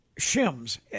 shims